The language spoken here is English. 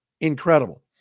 Incredible